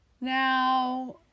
Now